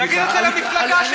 תגיד את זה למפלגה שלך.